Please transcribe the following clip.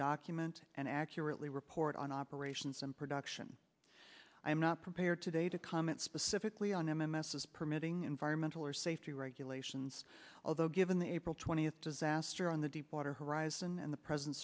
document and accurately report on operations and production i'm not prepared today to comment civically on m m s is permitting environmental or safety regulations although given the april twentieth disaster on the deepwater horizon and the present